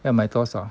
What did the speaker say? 要买多少